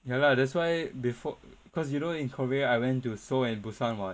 ya lah that's why before because you know in korea I went to seoul and busan [what]